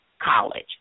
College